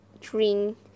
drink